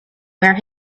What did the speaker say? where